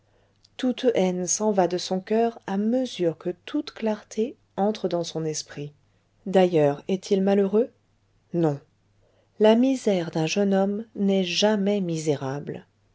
toute haine s'en va de son coeur à mesure que toute clarté entre dans son esprit d'ailleurs est-il malheureux non la misère d'un jeune homme n'est jamais misérable